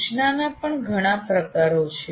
સૂચનાના પણ ઘણા પ્રકારો છે